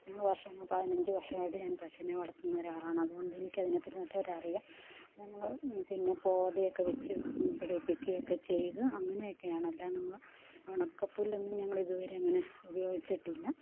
ഞങ്ങൾ വര്ഷങ്ങള് പതിനഞ്ച് വര്ഷമായിട്ട് ഞാന് പശുവിനെ വളര്ത്തുന്ന ഒരാളാണ് അതുകൊണ്ട് എനിക്ക് അതിനെപ്പറ്റി നല്ലപോലെ അറിയാം ഞങ്ങൾ പിന്നെ പോദയൊക്കെ വച്ച് പിടിപ്പിക്കുകയൊക്കെ ചെയ്തു അങ്ങനെയൊക്കെയാണ് അല്ലാതെ നമ്മൾ ഉണക്കപ്പുല്ലൊന്നും ഞങ്ങൾ ഇതുവരെ അങ്ങനെ ഉപയോഗിച്ചിട്ടില്ല